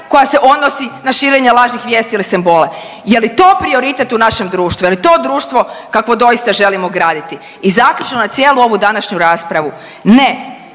koja se odnosi na širenja lažnih vijesti ili simbola. Je li to prioritet u našem društvu? Je li to društvo kakvo doista želimo graditi? I zaključno na cijelu ovu današnju raspravu. Ne